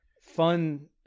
fun